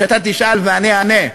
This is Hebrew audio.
שאתה תשאל ואני אענה.